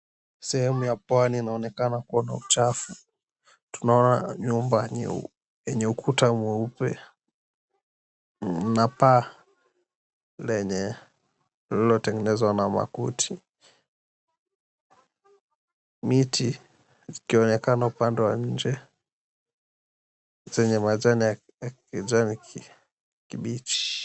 Sehemu ya pwani inaonekana kua na uchafu tunaona nyumba nyeupe yenye ukuta mweupe na paa lenye lililotengenezwa na makuti. Miti zikionekana upande wa nje zenye majani ya kijani kibichi.